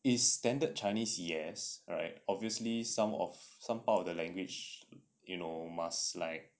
is standard chinese yes right obviously some of some part of the language you know must like